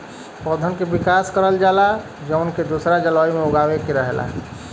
पौधन के विकास करल जाला जौन के दूसरा जलवायु में उगावे के रहला